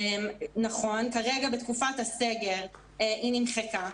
נכון שכרגע בתקופת הסגר היא נמחקה,